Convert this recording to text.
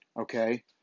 Okay